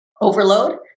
overload